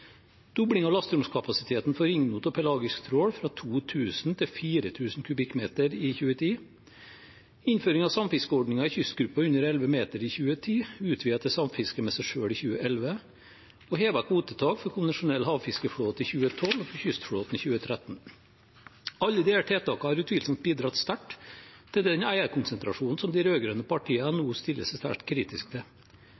dobling av lasteromskapasiteten for ringnot og pelagisk trål fra 2 000 m 3 til 4 000 m 3 i 2010 innføring av samfiskeordningen i kystgruppen under 11 meter i 2010, utvidet til samfiske med seg selv i 2011 hevet kvotetak for konvensjonell havfiskeflåte i 2012 og for kystflåten i 2013 Alle disse tiltakene har utvilsomt bidratt sterkt til den eierkonsentrasjonen som de rød-grønne partiene nå